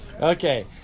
Okay